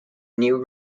new